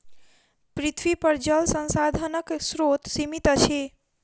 पृथ्वीपर जल संसाधनक स्रोत सीमित अछि